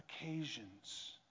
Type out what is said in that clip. occasions